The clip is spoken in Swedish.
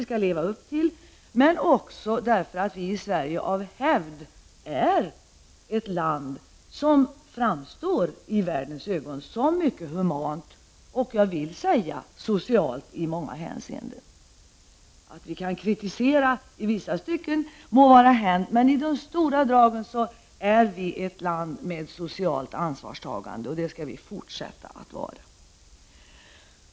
Sverige är dessutom ett land som i världens ögon framstår som av hävd mycket humant och i många hänseenden socialt. Att vi kan kritiseras i vissa stycken må vara hänt, men i stora drag är Sverige ett land med socialt ansvarstagande. Det skall vi fortsätta med.